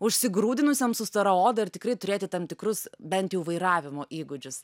užsigrūdinusiam su stora oda ir tikrai turėti tam tikrus bent jau vairavimo įgūdžius